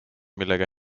millega